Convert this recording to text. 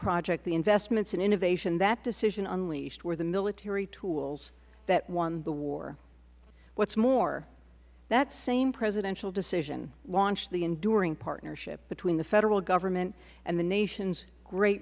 project the investments in innovation that decision unleashed were the military tools that won the war what is more that same presidential decision launched the enduring partnership between the federal government and the nation's great